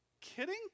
kidding